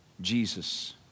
Jesus